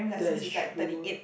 that is true